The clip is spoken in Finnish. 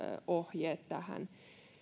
ohjeet tähän